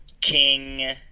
King